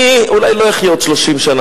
אני אולי לא אחיה עוד 30 שנה,